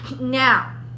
Now